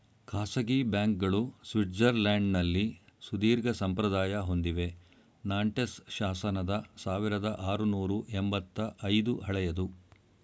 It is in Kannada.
ಖಾಸಗಿ ಬ್ಯಾಂಕ್ಗಳು ಸ್ವಿಟ್ಜರ್ಲ್ಯಾಂಡ್ನಲ್ಲಿ ಸುದೀರ್ಘಸಂಪ್ರದಾಯ ಹೊಂದಿವೆ ನಾಂಟೆಸ್ ಶಾಸನದ ಸಾವಿರದಆರುನೂರು ಎಂಬತ್ತ ಐದು ಹಳೆಯದು